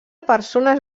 persones